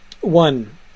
One